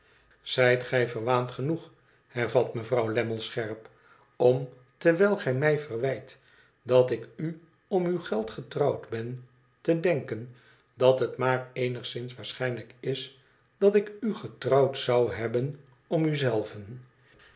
zijt gij verwaand genoeg hervat mevrouw lammie scherp om terwijl gij mij verwijt dat ik u om uw geld getrouwd heb te denken dat het maar eenigszins waarschijnlijk is dat ik u getrouwd zou hebben om u